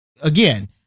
Again